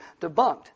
debunked